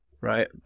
right